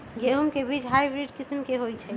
गेंहू के बीज हाइब्रिड किस्म के होई छई?